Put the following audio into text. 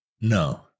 no